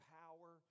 power